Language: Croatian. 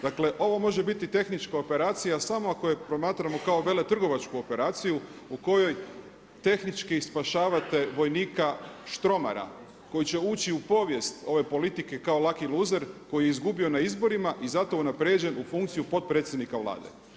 Dakle ovo može biti tehnička operacija samo ako je promatramo kao veletrgovačku operaciju u kojoj tehnički spašavate vojnika Štromara koji će ući u povijest ove politike kao laki luzer koji je izgubio na izborima i zato unaprijeđen u funkciju potpredsjednika Vlade.